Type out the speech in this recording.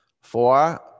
Four